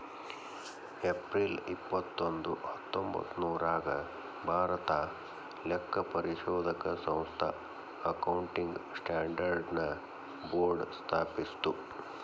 April ಇಪ್ಪತ್ತೊಂದು ಹತ್ತೊಂಭತ್ತ್ನೂರಾಗ್ ಭಾರತಾ ಲೆಕ್ಕಪರಿಶೋಧಕ ಸಂಸ್ಥಾ ಅಕೌಂಟಿಂಗ್ ಸ್ಟ್ಯಾಂಡರ್ಡ್ ನ ಬೋರ್ಡ್ ಸ್ಥಾಪಿಸ್ತು